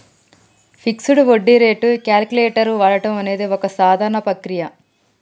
fixed వడ్డీ rate calculator వాడడం అనేది ఒక సాధారణ ప్రక్రియ